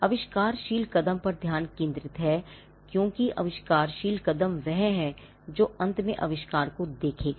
आविष्कारशील कदम पर ध्यान केंद्रित है क्योंकि आविष्कारशील कदम वह है जो अंत में आविष्कार को देखेगा